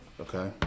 Okay